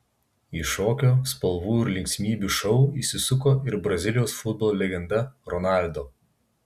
į šokio spalvų ir linksmybių šou įsisuko ir brazilijos futbolo legenda ronaldo